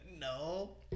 No